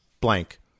blank